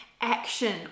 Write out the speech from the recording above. action